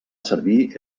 servir